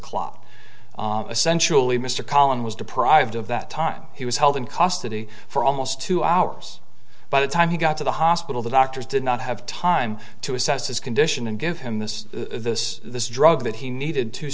clot essentially mr collin was deprived of that time he was held in custody for almost two hours by the time he got to the hospital the doctors did not have time to assess his condition and give him this this this drug that he needed to